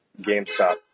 GameStop